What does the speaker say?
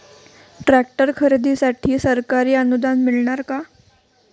Tractor खरेदीसाठी सरकारी अनुदान मिळणार का?